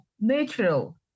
natural